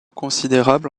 considérable